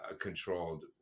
controlled